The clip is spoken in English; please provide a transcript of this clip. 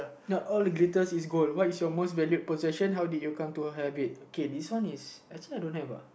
not all glitters is gold what is your most valued possession how did you come to have it okay this one is actually I don't have uh